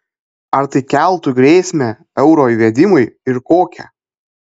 ar tai keltų grėsmę euro įvedimui ir kokią